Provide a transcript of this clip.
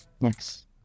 Yes